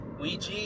Ouija